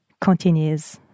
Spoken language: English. continues